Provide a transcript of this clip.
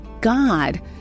God